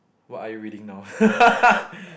what are you reading now